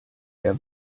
der